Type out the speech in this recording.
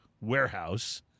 warehouse